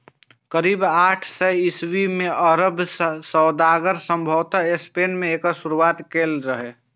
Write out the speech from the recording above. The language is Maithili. करीब आठ सय ईस्वी मे अरब सौदागर संभवतः स्पेन मे एकर शुरुआत केने रहै